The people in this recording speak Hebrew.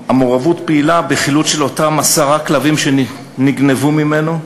מעורבות פעילה בחילוץ של אותם עשרה כלבים שנגנבו ממנו,